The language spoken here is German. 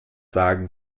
sagen